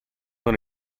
non